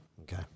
Okay